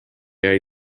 jäi